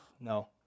no